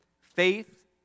faith